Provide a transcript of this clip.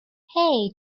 hey